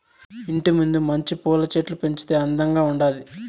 ఇంటి ముందు మంచి పూల చెట్లు పెంచితే అందంగా ఉండాది